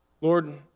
Lord